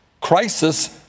crisis